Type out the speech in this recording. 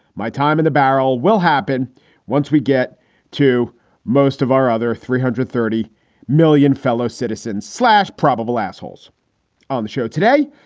my time in the barrel will happen once we get to most of our other three hundred and thirty million fellow citizens slash probabl assholes on the show today.